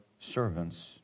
servants